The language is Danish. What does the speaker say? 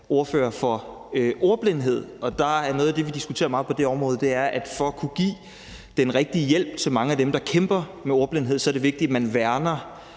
ordfører for ordblindhed, og der er noget af det, vi diskuterer meget på det område, at for at kunne give den rigtige hjælp til mange af dem, som kæmper med ordblindhed, er det vigtigt, at man værner